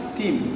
team